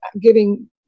giving